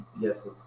Yes